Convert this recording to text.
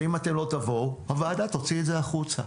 ואם לא תבואו הוועדה תוציא את זה החוצה,